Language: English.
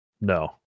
No